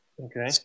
Okay